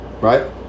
Right